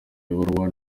ibaruwa